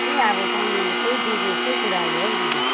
ए अब सम्झनु त त्यही बिजनेसकै कुराले हौ दिदी